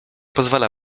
pozwala